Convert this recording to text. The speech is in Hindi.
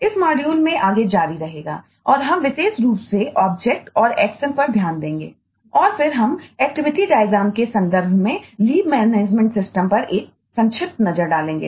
इस मॉड्यूल पर एक संक्षिप्त नज़र डालेंगे